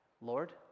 Lord